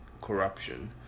corruption